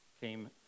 came